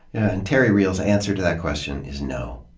and terry real's answer to that question is no.